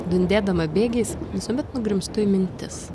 dundėdama bėgiais visuomet nugrimztu į mintis